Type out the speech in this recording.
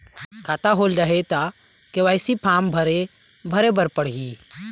खाता होल्ड हे ता के.वाई.सी फार्म भरे भरे बर पड़ही?